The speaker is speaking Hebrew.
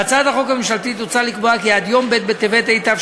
בהצעת החוק הממשלתית הוצע לקבוע כי עד יום ב' בטבת התשע"ז,